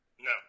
No